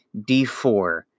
D4